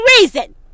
reason